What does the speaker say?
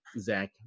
Zach